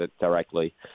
directly